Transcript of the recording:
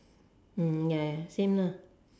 ya ya same lah